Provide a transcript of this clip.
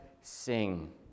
sing